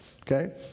Okay